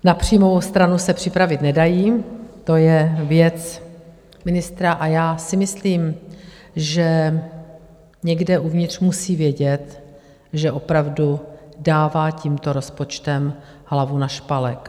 Na příjmovou stranu se připravit nedají, to je věc ministra, a já si myslím, že někde uvnitř musí vědět, že opravdu dává tímto rozpočtem hlavu na špalek.